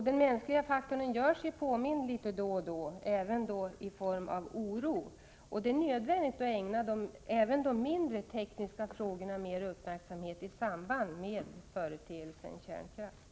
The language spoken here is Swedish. Den mänskliga faktorn gör sig påmind då och då, bl.a. i form av oro. Det är nödvändigt att ägna uppmärksamhet även åt frågor av lägre teknisk dignitet i kärnkraftverken.